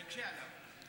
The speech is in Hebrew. תקשה עליו.